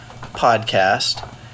podcast